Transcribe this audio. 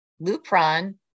Lupron